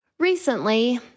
Recently